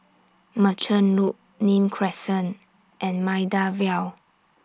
Merchant Loop Nim Crescent and Maida Vale